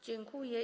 Dziękuję.